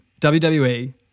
WWE